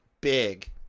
big